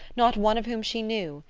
not one of whom she knew,